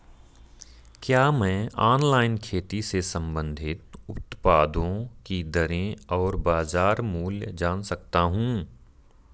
क्या मैं ऑनलाइन खेती से संबंधित उत्पादों की दरें और बाज़ार मूल्य जान सकता हूँ?